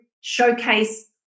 showcase